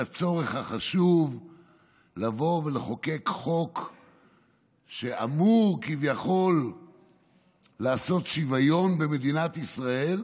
הצורך החשוב לבוא ולחוקק חוק שאמור כביכול לעשות שוויון במדינת ישראל.